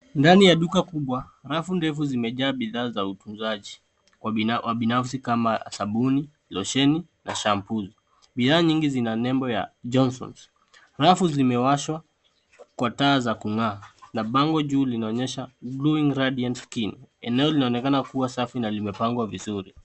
Ndani ya duka kubwa rafu ndefu zimejaa bidhaa za utunzaji wa binafsi kama sabuni, losheni na shampuu. Bidhaa nyingi zina nembo ya Johnsons. Rafu zimewashwa kwa taa za kung'aa, na bango juu linaonyesha New and Radiant Skin . Eneo linaonekana kuwa safi na limepangwa vizuri.